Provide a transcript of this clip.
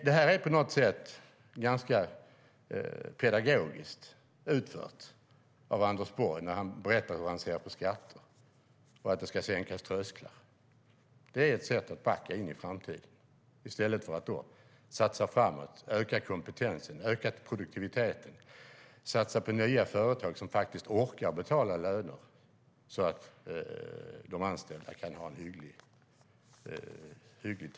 Det här är på något sätt ganska pedagogiskt utfört av Anders Borg. Han berättar hur han ser på skatter och hur trösklarna ska sänkas. Det är ett sätt att backa in i framtiden i stället för att satsa framåt, öka kompetensen, öka produktiviteten och satsa på nya företag som faktiskt orkar betala löner så att de anställda kan ha ett hyggligt liv.